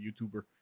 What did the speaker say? YouTuber